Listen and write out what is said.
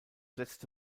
letzte